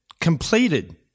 completed